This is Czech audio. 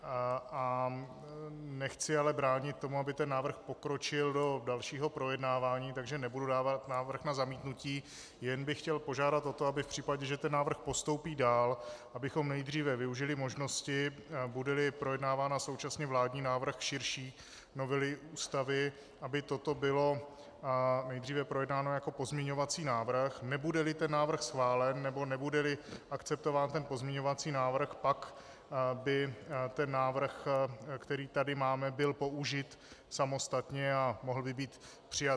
Ale nechci bránit tomu, aby návrh pokročil do dalšího projednávání, takže nebudu dávat návrh na zamítnutí, jen bych chtěl požádat o to, abychom v případě, že návrh postoupí dál, nejdříve využili možnosti, budeli projednáván současně vládní návrh širší novely Ústavy, aby toto bylo nejdříve projednáno jako pozměňovací návrh, nebudeli ten návrh schválen nebo nebudeli akceptován ten pozměňovací návrh, pak by návrh, který tady máme, byl použit samostatně a mohl by být přijat.